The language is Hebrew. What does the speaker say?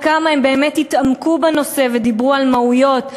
כמה הם באמת התעמקו בנושא ודיברו על מהויות.